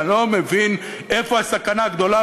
אני לא מבין איפה הסכנה הגדולה.